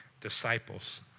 disciples